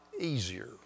easier